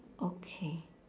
okay